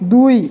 দুই